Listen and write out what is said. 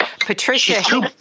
Patricia